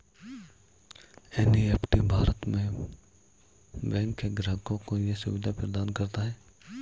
NEFT Bharat में bank के ग्राहकों को ये सुविधा प्रदान करता है